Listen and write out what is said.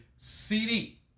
CD